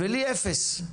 ואני מקבל אפס?".